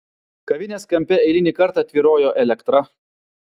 kavinės kampe eilinį kartą tvyrojo elektra